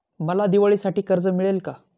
मला दिवाळीसाठी कर्ज मिळेल का?